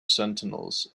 sentinels